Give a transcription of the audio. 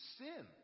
sin